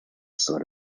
sort